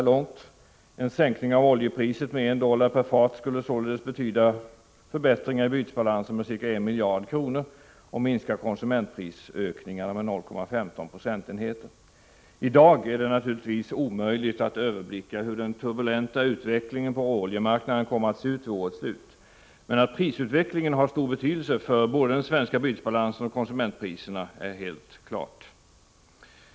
En sänkning av oljepriset med 1 dollar per fat skulle således förbättra bytesbalansen med ca 1 miljard kronor och minska konsumentprisökningarna med 0,15 procentenheter. I dag är det naturligtvis omöjligt att överblicka hur den turbulenta utvecklingen på råoljemarknaden kommer att se ut vid årets slut. Men att prisutvecklingen har stor betydelse för både den svenska bytesbalansen och konsumentpriserna är helt klart.